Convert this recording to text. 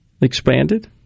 expanded